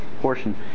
portion